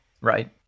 Right